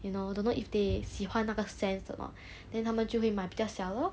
you know don't know if they 喜欢那个 scent or not then 他们就会买比较小的 lor